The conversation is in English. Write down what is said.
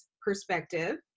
perspective